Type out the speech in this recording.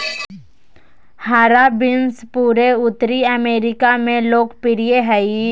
हरा बीन्स पूरे उत्तरी अमेरिका में लोकप्रिय हइ